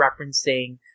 referencing